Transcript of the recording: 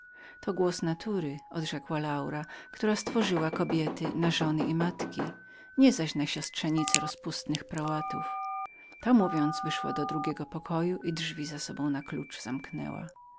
to wyrazy natury odrzekła laura która stworzyła kobietę na córkę żonę i matkę nie zaś na to aby w pogardzie samej siebie wlokła dni pełne smutku i zgryzot to mówiąc wyszła do drugiego pokoju i drzwi za sobą na klucz zamknęła